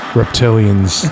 reptilians